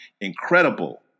incredible